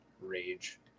rage